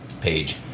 page